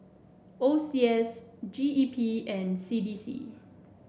O C S G E P and C D C